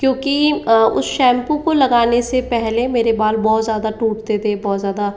क्योंकि उस शैम्पू को लगाने से पहले मेरे बाल बहुत ज़्यादा टूटते थे बहुत ज़्यादा